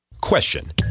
Question